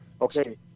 okay